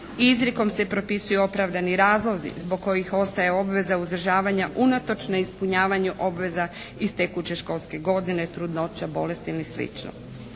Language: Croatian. Izrijekom se propisuju opravdani razlozi zbog kojih ostaje obveza uzdržavanja unatoč neispunjavanju obveza iz tekuće školske godine, trudnoća, bolesti ili